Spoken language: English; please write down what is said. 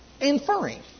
inferring